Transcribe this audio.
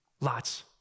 Lots